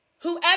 Whoever